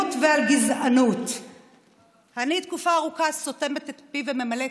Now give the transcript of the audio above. ואני בטוחה שייתנו לך את זכות הדיבור מייד